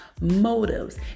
motives